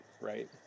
right